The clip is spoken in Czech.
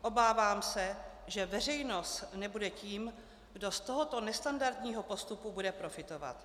Obávám se, že veřejnost nebude tím, kdo z tohoto nestandardního postupu bude profitovat.